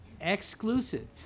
exclusive